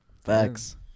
Facts